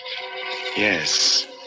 Yes